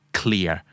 clear